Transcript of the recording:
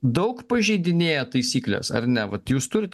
daug pažeidinėja taisykles ar ne vat jūs turit